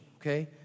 okay